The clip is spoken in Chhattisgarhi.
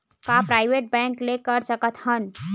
का प्राइवेट बैंक ले कर सकत हन?